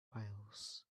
files